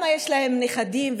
נכדים.